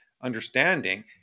understanding